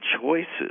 choices